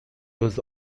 was